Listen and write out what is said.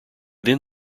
then